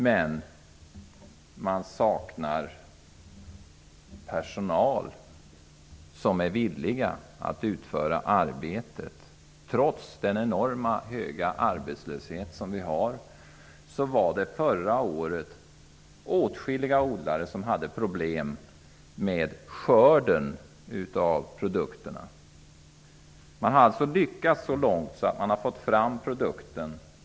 Men man saknar personal som är villig att utföra arbetet. Trots den enormt höga arbetslösheten hade åtskilliga odlare förra året problem med att få produkterna skördade. Man har alltså lyckats så långt att man har fått fram produkten.